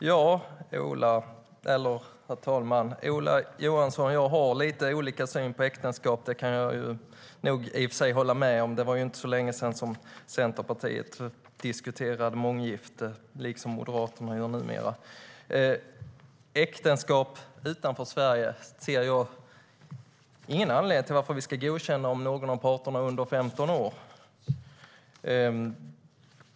Herr talman! Ola Johansson och jag har lite olika syn på äktenskap. Det var inte så länge sedan Centerpartiet diskuterade månggifte, liksom Moderaterna gör numera. Jag ser ingen anledning att godkänna äktenskap ingångna utanför Sverige om någon av parterna är under 15 år.